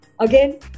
Again